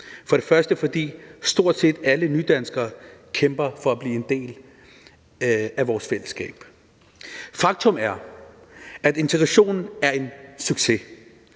For det første, fordi stort set alle nydanskere kæmper for at blive en del af vores fællesskab. Faktum er, at integrationen er en succes.